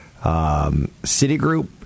Citigroup